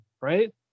right